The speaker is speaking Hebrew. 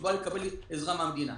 הוא בא לקבל עזרה מהמדינה.